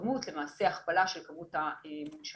בכמות ולמעשה הכפלה של כמות המונשמים.